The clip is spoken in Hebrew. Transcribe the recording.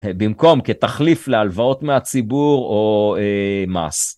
במקום כתחליף להלוואות מהציבור או מס.